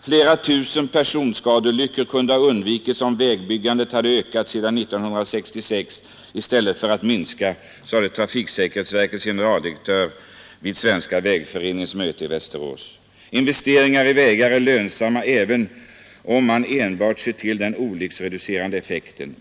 Flera tusen personskadeolyckor kunde ha undvikits om vägbyggandet hade ökat sedan 1966 i stället för att minska, sade trafiksäkerhetsverkets generaldirektör vid Svenska vägföreningens möte i Västerås. Investeringar i vägar är lönsamma även om man enbart ser till den olycksreducerande effekten.